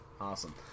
Awesome